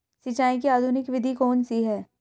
सिंचाई की आधुनिक विधि कौन सी है?